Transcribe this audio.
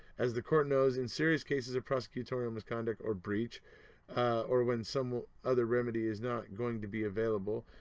as the court knows in serious cases of prosecutorial misconduct or breach or when some other remedy is not going to be available.